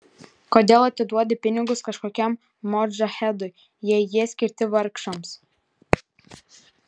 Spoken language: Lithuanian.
kodėl atiduodi pinigus kažkokiam modžahedui jei jie skirti vargšams